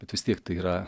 bet vis tiek tai yra